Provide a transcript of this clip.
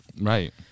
Right